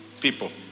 people